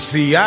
See